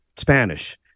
Spanish